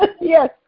Yes